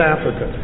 Africa